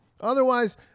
Otherwise